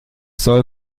soll